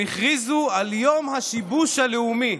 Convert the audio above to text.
הם הכריזו על יום השיבוש הלאומי.